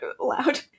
loud